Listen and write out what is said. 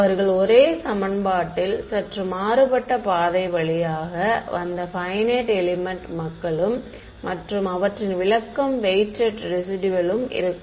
அவர்கள் ஒரே சமன்பாட்டில் சற்று மாறுபட்ட பாதை வழியாக வந்த பையனைட் எலெமென்ட் மக்களும் மற்றும் அவற்றின் விளக்கம் வெயிட்டெட் ரெசிடுயலும் இருக்கும்